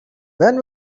when